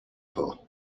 for